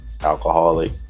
alcoholic